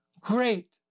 great